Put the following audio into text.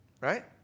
right